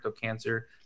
cancer